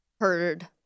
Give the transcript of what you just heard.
heard